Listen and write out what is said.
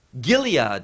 Gilead